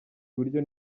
iburyo